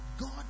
God